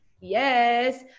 Yes